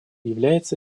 является